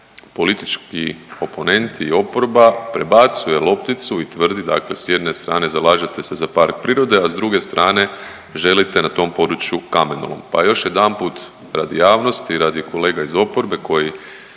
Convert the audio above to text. politički oponenti i oporba prebacuje lopticu i tvrdi dakle s jedne strane zalažete se za park prirode, a s druge strane želite na tom području kamenolom. Pa još jedanput radi javnosti i radi kolega iz oporbe koji